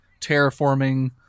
terraforming